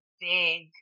big